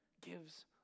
gives